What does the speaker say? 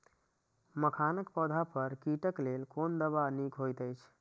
मखानक पौधा पर कीटक लेल कोन दवा निक होयत अछि?